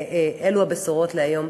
אלו הבשורות להיום.